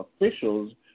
officials